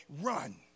run